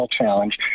challenge